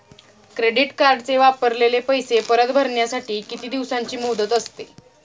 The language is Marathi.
क्रेडिट कार्डचे वापरलेले पैसे परत भरण्यासाठी किती दिवसांची मुदत असते?